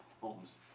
homes